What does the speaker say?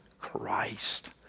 Christ